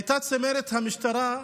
הייתה צמרת המשטרה,